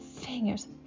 fingers